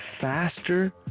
faster